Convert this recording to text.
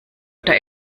oder